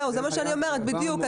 זה מה שאני אומרת, בדיוק.